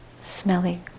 smelly